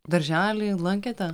darželį lankėte